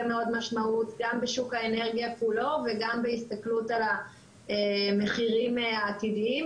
מאוד משמעות גם בשוק האנרגיה כולו וגם בהסתכלות על המחירים העתידיים,